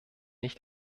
nicht